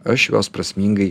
aš jos prasmingai